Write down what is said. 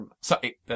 Sorry